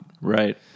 Right